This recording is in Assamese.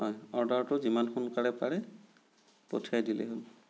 হয় অৰ্ডাৰটো যিমান সোনকালে পাৰে পঠিয়াই দিলেই হ'ল